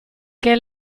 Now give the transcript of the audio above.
che